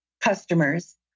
customers